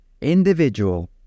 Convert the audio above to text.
Individual